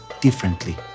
differently